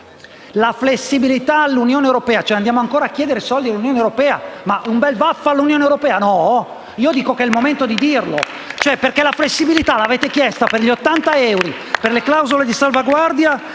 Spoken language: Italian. la flessibilità all'Unione europea, andiamo ancora a chiedere soldi all'Unione europea? Ma un bel "vaffa" all'Unione europea, no? Dico che è il momento di dirlo. *(Applausi dal Gruppo M5S)*. La flessibilità l'avete chiesta per gli 80 euro, per le clausole di salvaguardia